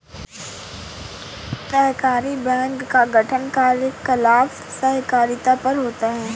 सहकारी बैंक का गठन कार्यकलाप सहकारिता पर होता है